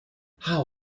how